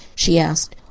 she asked.